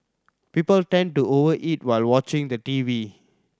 people tend to over eat while watching the T V television